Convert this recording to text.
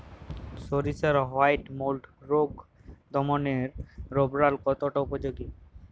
সরিষার white mould রোগ দমনে রোভরাল কতটা উপযোগী?